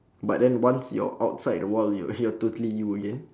but then once you're outside the wall you're you're totally you again